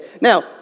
Now